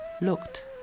looked